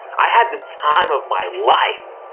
i had the time of my life.